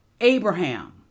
Abraham